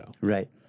Right